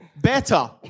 better